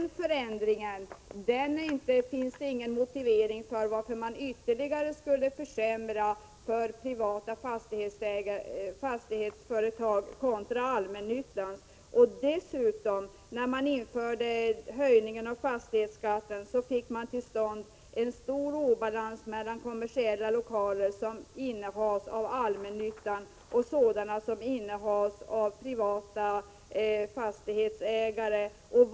Någon motivering till att man ytterligare skulle försämra villkoren för privata fastighetsföretag i jämförelse med allmännyttans finns det inte. När man höjde fastighetsskatten fick man dessutom till stånd en stor obalans mellan kommersiella lokaler som innehas av allmännyttan och sådana som innehas av privata fastighetsägare.